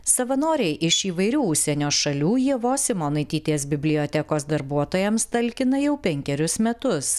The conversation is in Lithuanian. savanoriai iš įvairių užsienio šalių ievos simonaitytės bibliotekos darbuotojams talkina jau penkerius metus